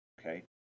Okay